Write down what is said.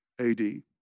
AD